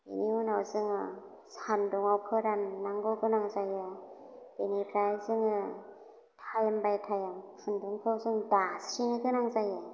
बेनि उनाव जोङो सान्दुङाव फोराननांगौ गोनां जायो बेनिफ्राय जोङो टाइम बाइ टाइम खुन्दुंखौ जों दास्रिनो गोनां जायो